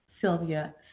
Sylvia